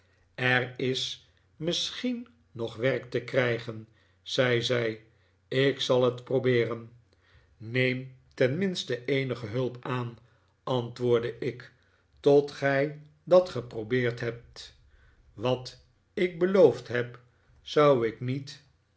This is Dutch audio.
er is misschien nog werk te krijgen zei zij ik zal net probeeren neem tenminste eenige hulp aan antwoordde ik tot gij dat geprobeerd hebt wat ik beloofd heb zou ik niet